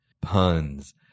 Puns